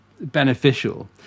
beneficial